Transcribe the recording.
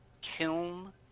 Kiln